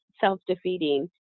self-defeating